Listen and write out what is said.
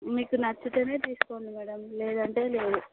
మీకు నచ్చితేనే తీసుకోండి మేడం లేదు అంటే లేదు